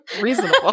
Reasonable